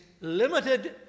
limited